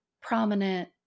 prominent